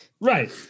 Right